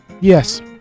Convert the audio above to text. Yes